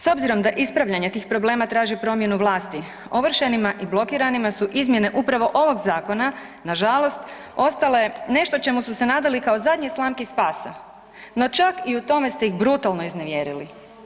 S obzirom da ispravljanje tih problema traži promjenu vlasti, ovršenima i blokiranima su izmjene upravo ovog zakona nažalost ostale nešto čemu su se nadali kao zadnjoj slamki spasa no čak i u tome ste ih brutalno iznevjerili.